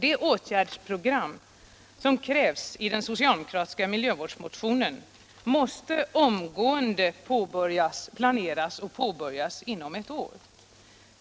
Det åtgärdsprogram som krävs i den socialdemokratiska miljövårdsmotionen måste omgående planeras och påbörjas inom ett år.